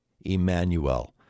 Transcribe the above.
Emmanuel